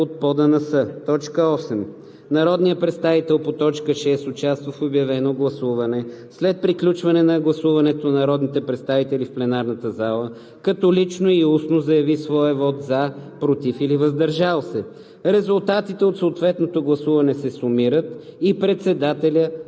58 от ПОДНС. 8. Народният представител по т. 6 участва в обявено гласуване след приключване на гласуването на народните представители в пленарната зала, като лично и устно заяви своя вот „за“, „против“ или „въздържал се“. Резултатите от съответното гласуване се сумират и председателят